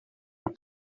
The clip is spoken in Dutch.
haar